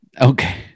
Okay